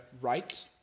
right